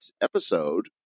episode